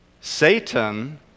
Satan